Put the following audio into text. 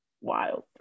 wild